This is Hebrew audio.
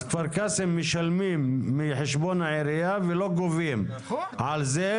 בכפר קאסם משלמים מחשבון העירייה ולא גובים על זה,